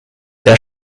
der